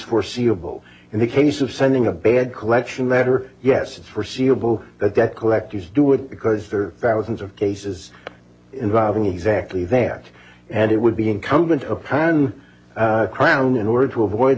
foreseeable in the case of sending a bad collection matter yes it's forseeable that debt collectors do it because there are thousands of cases involving exactly that and it would be incumbent upon the crown in order to avoid